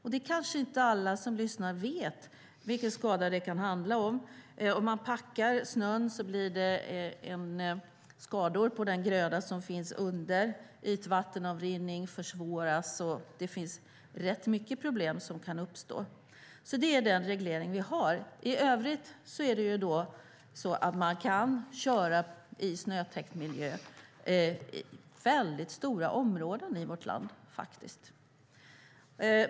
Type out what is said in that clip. Alla som lyssnar kanske inte vet vilken skada det kan handla om. Om man packar snön blir det skador på den gröda som finns under den. Ytvattenavrinning försvåras. Det finns rätt mycket problem som kan uppstå. Det är den reglering vi har. I övrigt kan man faktiskt köra i snötäckt miljö i väldigt stora områden i vårt land.